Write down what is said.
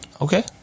Okay